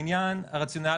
לעניין הרציונל,